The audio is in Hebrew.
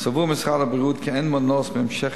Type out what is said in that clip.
סבור משרד הבריאות כי אין מנוס מהמשך